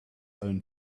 own